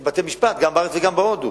יש בתי-משפט, גם בארץ וגם בהודו.